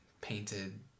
painted